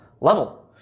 level